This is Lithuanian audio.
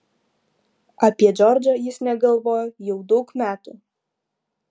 apie džordžą jis negalvojo jau daug metų